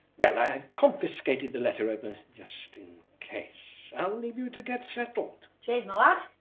well, i've confiscated the letter opener just in case. i'll leave you to get settled. cheers m'lad.